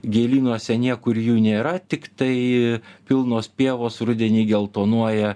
gėlynuose niekur jų nėra tiktai pilnos pievos rudenį geltonuoja